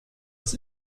das